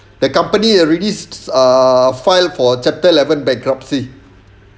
the company released ah filed for chapter eleven bankruptcy